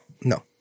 No